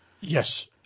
Yes